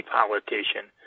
politician